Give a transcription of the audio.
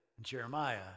Jeremiah